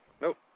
nope